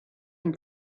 and